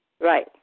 Right